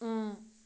اۭں